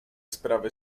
sprawy